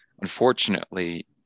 unfortunately